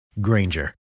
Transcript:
Granger